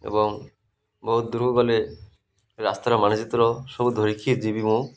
ଏବଂ ବହୁତ ଦୂରକୁ ଗଲେ ରାସ୍ତାର ମାାନଚିତ୍ର ସବୁ ଧରିକି ଯିବି ମୁଁ